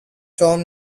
home